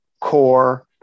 core